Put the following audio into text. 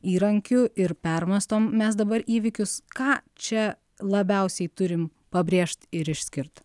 įrankiu ir permąstom mes dabar įvykius ką čia labiausiai turim pabrėžt ir išskirt